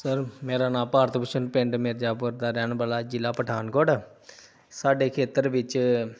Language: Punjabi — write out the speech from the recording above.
ਸਰ ਮੇਰਾ ਨਾਮ ਭਾਰਤ ਭੂਸ਼ਨ ਪਿੰਡ ਮਿਰਜਾਪੁਰ ਦਾ ਰਹਿਣ ਵਾਲਾ ਜ਼ਿਲ੍ਹਾ ਪਠਾਨਕੋਟ ਆ ਸਾਡੇ ਖ਼ੇਤਰ ਵਿੱਚ